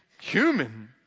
human